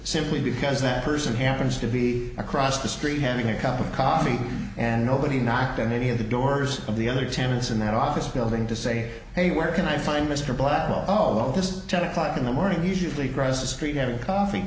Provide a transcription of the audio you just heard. simply because that person happens to be across the street having a cup of coffee and nobody knocked on any of the doors of the other tenants in that office building to say hey where can i find mr blackwell oh this is ten o'clock in the morning usually grows discreet having coffee